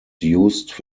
used